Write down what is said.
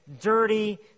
dirty